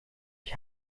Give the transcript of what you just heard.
ich